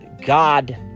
God